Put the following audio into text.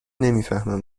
نمیفهمم